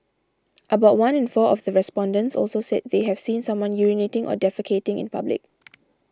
about one in four of the respondents also said they have seen someone urinating or defecating in public